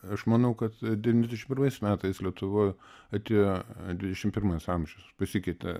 aš manau kad devyniasdešimt pirmais metais lietuvoj atėjo dvidešimt pirmas amžius pasikeitė